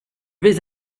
vais